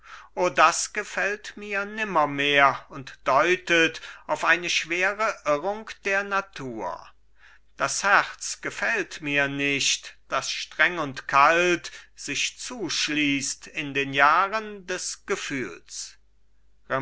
o das gefällt mir nimmermehr und deutet auf eine schwere irrung der natur das herz gefällt mir nicht das streng und kalt sich zuschließt in den jahren des gefühls